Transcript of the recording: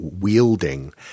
wielding